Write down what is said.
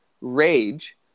rage